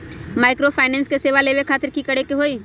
Microfinance के सेवा लेबे खातीर की करे के होई?